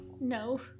No